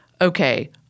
okay –